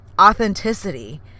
authenticity